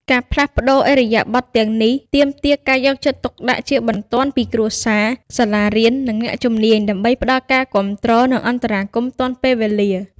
ការផ្លាស់ប្តូរឥរិយាបថទាំងនេះទាមទារការយកចិត្តទុកដាក់ជាបន្ទាន់ពីគ្រួសារ សាលារៀន និងអ្នកជំនាញ ដើម្បីផ្តល់ការគាំទ្រ និងអន្តរាគមន៍ទាន់ពេលវេលា។